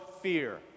fear